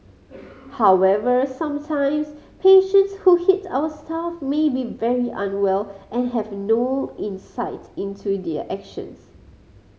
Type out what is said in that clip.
however sometimes patients who hit our staff may be very unwell and have no insight into their actions